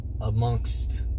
amongst